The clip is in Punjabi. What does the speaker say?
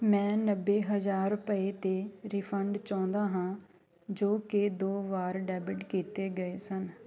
ਮੈਂ ਨੱਬੇ ਹਜ਼ਾਰ ਰੁਪਏ 'ਤੇ ਰਿਫੰਡ ਚਾਹੁੰਦਾ ਹਾਂ ਜੋ ਕਿ ਦੋ ਵਾਰ ਡੈਬਿਟ ਕੀਤੇ ਗਏ ਸਨ